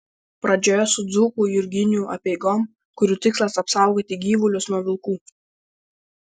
pradžioje su dzūkų jurginių apeigom kurių tikslas apsaugoti gyvulius nuo vilkų